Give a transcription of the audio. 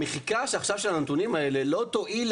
המחיקה עכשיו של הנתונים האלה לא תועיל,